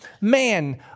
man